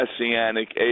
Messianic